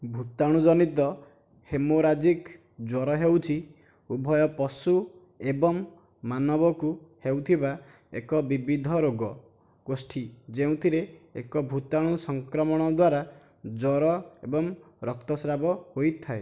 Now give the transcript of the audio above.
ଭୂତାଣୁଜନିତ haemorrhagic ଜ୍ୱର ହେଉଛି ଉଭୟ ପଶୁ ଏବଂ ମାନବକୁ ହେଉଥିବା ଏକ ବିବିଧ ରୋଗ ଗୋଷ୍ଠୀ ଯେଉଁଥିରେ ଏକ ଭୂତାଣୁ ସଙ୍କ୍ରମଣ ଦ୍ୱାରା ଜ୍ୱର ଏବଂ ରକ୍ତସ୍ରାବ ହୋଇଥାଏ